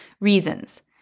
reasons